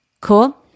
Cool